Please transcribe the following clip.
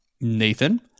Nathan